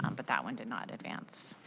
um but that one did not advance.